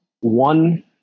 One